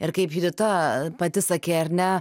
ir kaip judita pati sakei ar ne